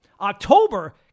October